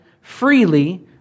freely